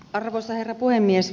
arvoisa herra puhemies